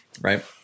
Right